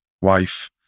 wife